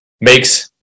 makes